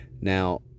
now